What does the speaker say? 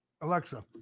Alexa